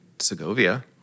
Segovia